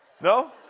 No